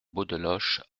beaudeloche